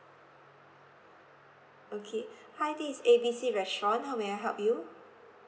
okay hi this is A B C restaurant how may I help you